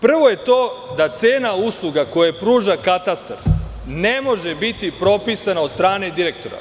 Prvo je to da cena usluga koju pruža katastar ne može biti propisana od strane direktora.